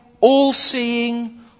all-seeing